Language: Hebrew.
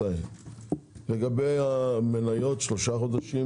לגבי המניות - שלושה חודשים.